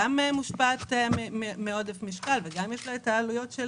אבל הם ביקשו גם שתהיה הוזלת מחירים של מזון